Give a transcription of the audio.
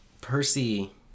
Percy